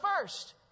first